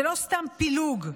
זה לא סתם פילוג.